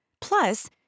Plus